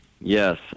yes